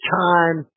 time